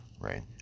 right